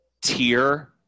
tier